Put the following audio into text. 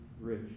rich